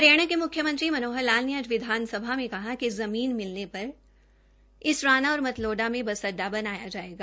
हरियाणा के मुख्यमंत्री श्री मनोहर लाल ने आज विधानसभा में कहा की ज़मीन मिलने पर इसराना और मतलोडा में बस अड्डा बनाया जाएगा